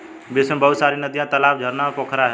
विश्व में बहुत सारी नदियां, तालाब, झरना और पोखरा है